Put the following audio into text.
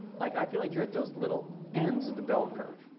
like i feel like you're at those little ends of the bell curve.